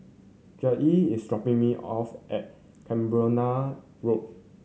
Joelle is dropping me off at Cranborne Road